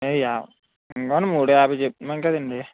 ఏం యాభై ఇదిగోండి మూడు యాభై చెప్తున్నాను కదండి